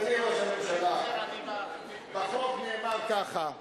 אדוני ראש הממשלה, בחוק נאמר כך: